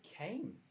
came